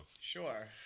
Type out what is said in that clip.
sure